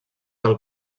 del